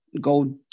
go